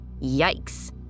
Yikes